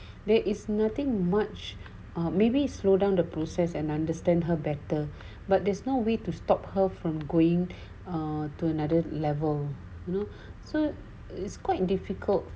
there is nothing much ah maybe slow down the process and understand her better but there's no way to stop her from going to another level no so it's quite difficult